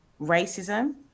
racism